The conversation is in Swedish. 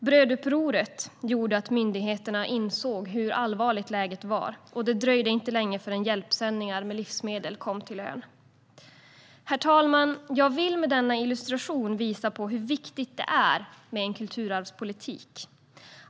Brödupproret gjorde att myndigheterna insåg hur allvarligt läget var, och det dröjde inte länge förrän hjälpsändningar med livsmedel kom till ön. Herr talman! Jag vill med denna illustration visa på hur viktigt det är med en kulturarvspolitik.